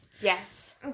Yes